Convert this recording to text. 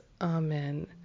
Amen